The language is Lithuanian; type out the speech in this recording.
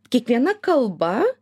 kiekviena kalba